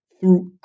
throughout